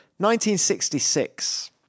1966